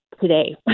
today